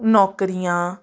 ਨੌਕਰੀਆਂ